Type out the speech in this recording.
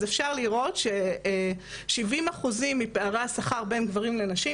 אפשר לראות ש-70% מפערי השכר בין גברים לנשים,